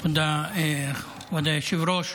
תודה, כבוד היושב-ראש.